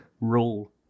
rule